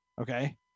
okay